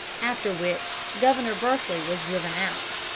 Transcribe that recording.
after which governor berkeley was driven out.